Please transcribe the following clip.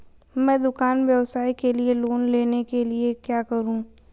मैं दुकान व्यवसाय के लिए लोंन लेने के लिए क्या करूं?